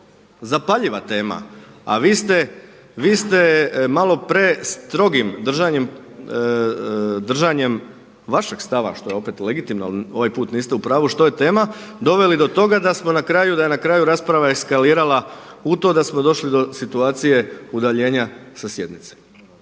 zapaljiva tema a vi ste malo prestrogim držanjem vašeg stava što je opet legitimno ali ovaj put niste u pravu što je tema, doveli do toga da smo na kraju, da je na kraju rasprava eskalirala u to da smo došli do situacije udaljenja sa sjednice.